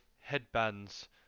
headbands